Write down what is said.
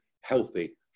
healthy